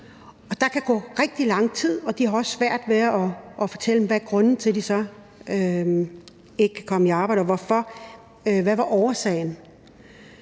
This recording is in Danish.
der kan gå rigtig lang tid, og de har også svært ved at fortælle, hvad grunden er til, at de ikke kan komme på arbejde, og hvorfor: Hvad var årsagen?